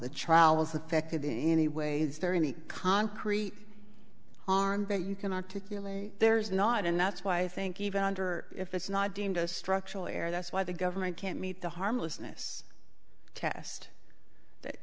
the trial was affected in any way there any concrete on but you can articulate there's not and that's why i think even under if it's not deemed a structural air that's why the government can't meet the harmlessness test that